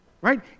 Right